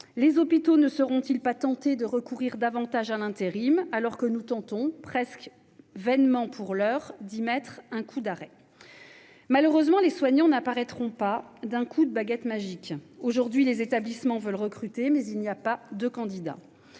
Les hôpitaux ne seront-ils pas tentés de recourir davantage à l'intérim, alors que nous tentons, vainement pour l'heure, de mettre un coup d'arrêt à ces pratiques ? Malheureusement, les soignants n'apparaîtront pas d'un coup de baguette magique. Aujourd'hui, les établissements veulent recruter, mais il n'y a pas de candidats.